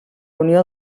unió